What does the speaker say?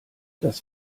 das